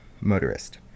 Motorist